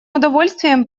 удовольствием